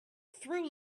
through